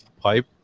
pipe